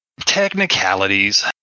technicalities